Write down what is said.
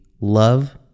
love